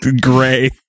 gray